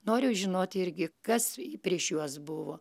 noriu žinoti irgi kas prieš juos buvo